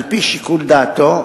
על-פי שיקול דעתו,